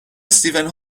استیون